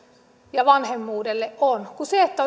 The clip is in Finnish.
ja vanhemmuudelle on kuin se että